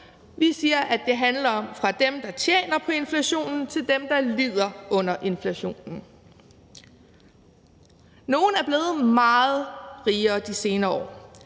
Vi siger, at det handler om omfordeling fra dem, der tjener på inflationen, til dem, der lider under inflationen. Nogle er blevet meget rigere de senere år.